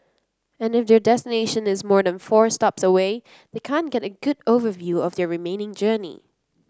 and if their destination is more than four stops away they can't get a good overview of their remaining journey